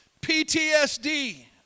PTSD